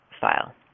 file